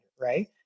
right